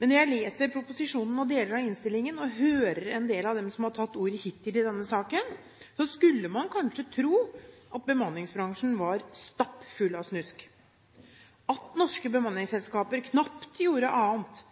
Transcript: Men når jeg leser proposisjonen og deler av innstillingen, og hører en del av dem som har tatt ordet hittil i denne saken, skulle man tro at bemanningsbransjen var stappfull av snusk, at norske bemanningsselskaper knapt gjorde annet